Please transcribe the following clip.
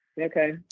Okay